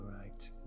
right